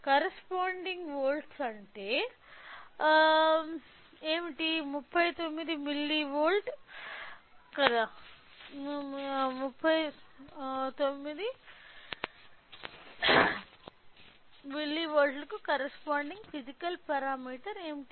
corresponding volt అంటే ఏమిటి 39 మిల్లీవోల్ట్లకు కరెస్పాండింగ్ ఫిసికల్ పారామీటర్ ఏమిటి